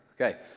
Okay